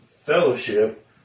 fellowship